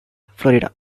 florida